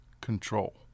control